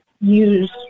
use